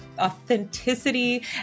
authenticity